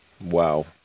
Wow